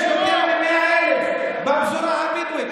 יש יותר מ-100,000 בפזורה הבדואית,